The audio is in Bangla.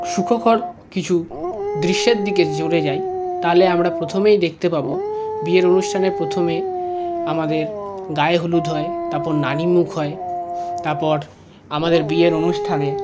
সুখকর কিছু দৃশ্যের দিকে জুড়ে যাই তাহলে আমরা প্রথমেই দেখতে পাব বিয়ের অনুষ্ঠানের প্রথমেই আমাদের গায়ে হলুদ হয় তারপর নানিমুখ হয় তারপর আমাদের বিয়ের অনুষ্ঠানে